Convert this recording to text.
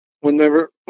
whenever